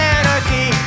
anarchy